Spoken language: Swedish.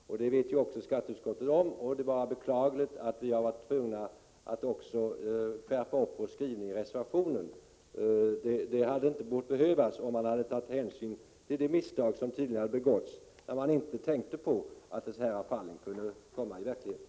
Detta vet skatteutskottet om, och det är beklagligt att vi var tvungna att skärpa skrivningen i reservationen. Det borde inte ha behövts — om man hade tagit hänsyn till de misstag som tidigare hade begåtts, då man inte tänkte på att dessa fall skulle kunna uppstå i verkligheten.